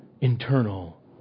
internal